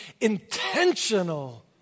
intentional